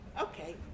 Okay